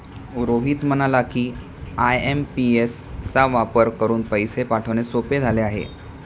रोहित म्हणाला की, आय.एम.पी.एस चा वापर करून पैसे पाठवणे सोपे झाले आहे